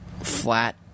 flat